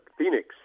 Phoenix